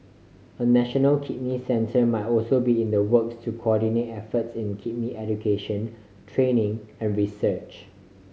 a national kidney centre might also be in the works to coordinate efforts in kidney education training and research